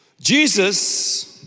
Jesus